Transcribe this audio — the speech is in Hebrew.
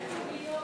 נתקבל.